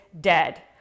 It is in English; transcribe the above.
dead